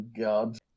god